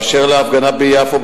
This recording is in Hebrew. אשר להפגנה ביפו,